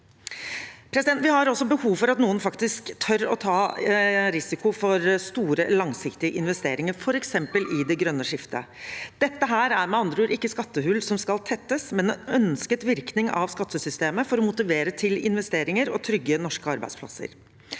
Vi har også behov for at noen faktisk tør å ta risiko for store, langsiktige investeringer, f.eks. i det grønne skiftet. Dette er med andre ord ikke skattehull som skal tettes, men en ønsket virkning av skattesystemet for å motivere til investeringer og trygge norske arbeidsplasser.